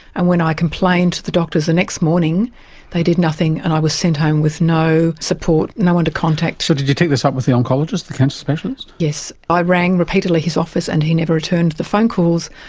and when i complained to the doctors the next morning they did nothing and i was sent home with no support, no one to contact, norman swan so did you take this up with the oncologist, the cancer specialist? yes, i rang repeatedly his office and he never returned the phone calls.